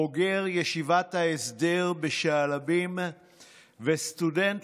בוגר ישיבת ההסדר בשעלבים וסטודנט